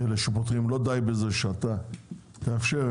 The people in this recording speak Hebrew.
לא די בזה שאתה מאפשר,